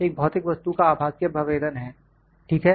एक भौतिक वस्तु का आभासीय अभ्यावेदन है ठीक है